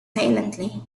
silently